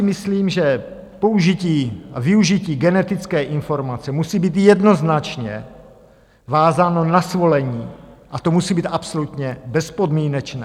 Myslím si, že použití a využití genetické informace musí být jednoznačně vázáno na svolení a to musí být absolutně bezpodmínečné.